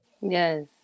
Yes